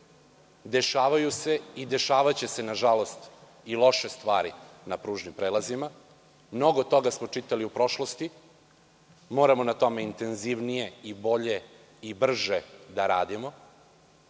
Dešavaju se i dešavaće se nažalost i loše stvari na pružnim prelazima. Mnogo toga smo čitali u prošlosti. Moramo na tome intenzivnije i bolje i brže da radimo.